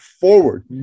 Forward